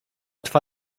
twa